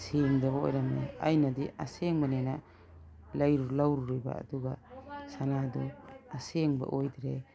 ꯁꯦꯡꯗꯕ ꯑꯣꯏꯔꯝꯃꯦ ꯑꯩꯅꯗꯤ ꯑꯁꯦꯡꯕꯅꯦꯅ ꯂꯧꯔꯨꯔꯤꯕ ꯑꯗꯨꯒ ꯁꯥꯅꯥꯗꯨ ꯑꯁꯦꯡꯕ ꯑꯣꯏꯗ꯭ꯔꯦ